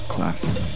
Classic